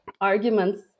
arguments